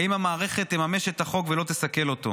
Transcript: האם המערכת תממש את החוק ולא תסכל אותו?